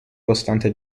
costante